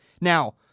Now